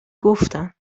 گفتن